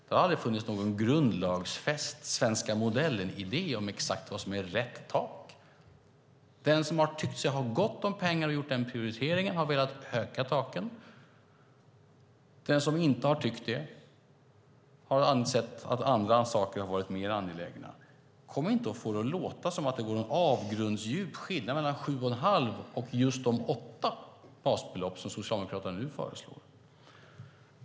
Det har aldrig funnits någon grundlagsfäst svenska-modellen-idé om exakt vad som är rätt tak. Den som har tyckt sig ha gott om pengar och har gjort den prioriteringen har velat höja taken. Den som inte har tyckt det har ansett att andra saker har varit mer angelägna. Kom inte och få det att låta som att det är en avgrundsdjup skillnad mellan 7,5 och just de 8 basbelopp som Socialdemokraterna nu föreslår!